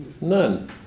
None